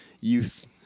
youth